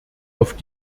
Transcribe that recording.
auf